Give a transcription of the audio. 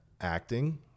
acting